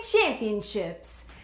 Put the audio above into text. Championships